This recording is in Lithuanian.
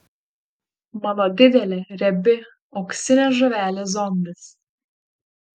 mano didelė riebi auksinė žuvelė zombis